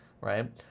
right